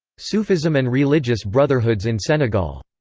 sufism and religious brotherhoods in senegal.